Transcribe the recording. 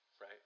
right